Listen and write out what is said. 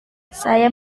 saya